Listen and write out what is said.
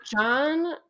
John